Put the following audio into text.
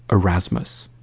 erasmus.